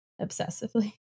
obsessively